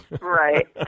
Right